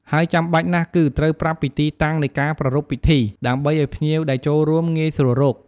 ហើយចាំបាច់ណាស់គឺ ត្រូវប្រាប់ពីទីតាំងនៃការប្រារព្ធពិធី ដើម្បីឱ្យភ្ញៀវដែលចូលរួមងាយស្រួលរក។